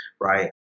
right